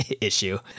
issue